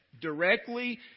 directly